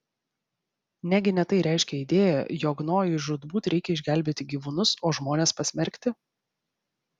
negi ne tai reiškia idėja jog nojui žūtbūt reikia išgelbėti gyvūnus o žmones pasmerkti